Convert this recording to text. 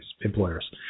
employers